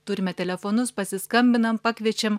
turime telefonus pasiskambinam pakviečiam